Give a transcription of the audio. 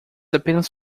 apenas